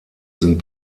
sind